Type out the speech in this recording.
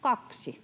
Kaksi